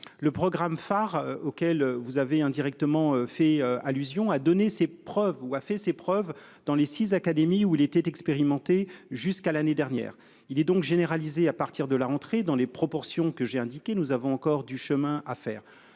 le programme phare auquel vous avez indirectement fait allusion à donner ses preuves ou a fait ses preuves dans les 6 académies où il était expérimenté jusqu'à l'année dernière. Il est donc généraliser à partir de la rentrée dans les proportions que j'ai indiqué, nous avons encore du chemin à faire.